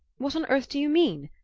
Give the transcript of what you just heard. what on earth do you mean?